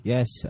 Yes